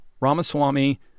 Ramaswamy